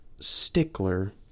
stickler